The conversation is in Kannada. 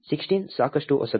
16 ಸಾಕಷ್ಟು ಹೊಸದು